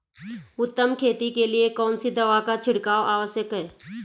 उत्तम खेती के लिए कौन सी दवा का छिड़काव आवश्यक है?